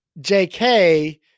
jk